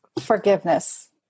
forgiveness